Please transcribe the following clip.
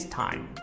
time